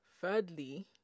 thirdly